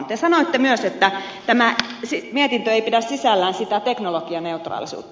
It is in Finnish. te sanoitte myös että tämä mietintö ei pidä sisällään teknologianeutraalisuutta